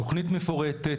תוכנית מפורטת.